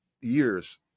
years